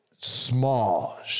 small